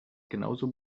genauso